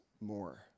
more